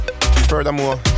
Furthermore